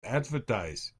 advertise